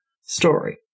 story